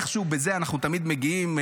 איכשהו בזה אנחנו תמיד מגיעים,